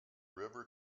river